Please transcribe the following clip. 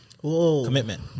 commitment